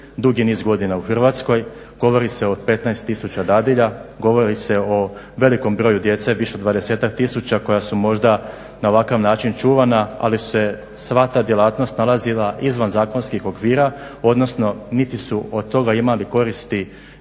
dugi niz godina u Hrvatskoj, govori se o 15 tisuća dadilja, govori se o velikom broju djece više od 20-ak tisuća koja su možda na ovakav način čuvana ali se sva ta djelatnost nalazila izvan zakonskih okvira odnosno niti su od toga imali koristi